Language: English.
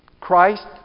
Christ